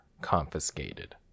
confiscated